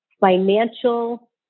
financial